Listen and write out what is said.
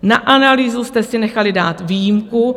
Na analýzu jste si nechali dát výjimku.